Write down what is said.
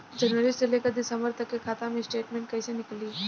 जनवरी से लेकर दिसंबर तक के खाता के स्टेटमेंट कइसे निकलि?